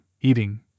eating